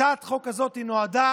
הצעת החוק הזאת נועדה